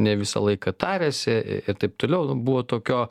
ne visą laiką tariasi ir taip toliau